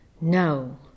No